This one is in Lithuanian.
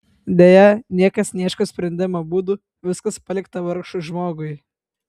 deja niekas neieško sprendimo būdų viskas palikta vargšui žmogui